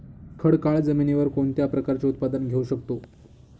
खडकाळ जमिनीवर कोणत्या प्रकारचे उत्पादन घेऊ शकतो?